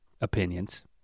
opinions